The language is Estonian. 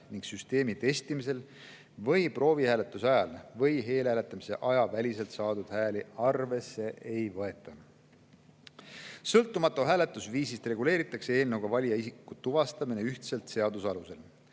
Süsteemi testimisel, proovihääletuse ajal ja eelhääletamise aja väliselt saadud hääli arvesse ei võeta. Sõltumata hääletusviisist reguleeritakse eelnõuga valija isiku tuvastamine ühtselt seaduse alusel.